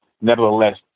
nevertheless